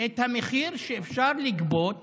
את המחיר שאפשר לגבות